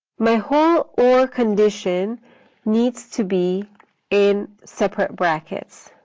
my whole or condition needs to be in separate brackets.